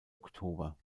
oktober